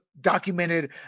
documented